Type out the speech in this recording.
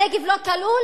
הנגב לא כלול?